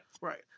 Right